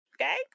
Okay